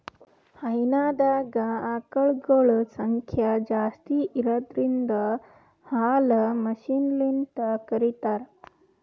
ಹೈನಾದಾಗ್ ಆಕಳಗೊಳ್ ಸಂಖ್ಯಾ ಜಾಸ್ತಿ ಇರದ್ರಿನ್ದ ಹಾಲ್ ಮಷಿನ್ಲಿಂತ್ ಕರಿತಾರ್